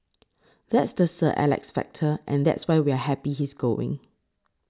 that's the Sir Alex factor and that's why we're happy he's going